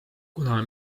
kuna